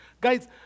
Guys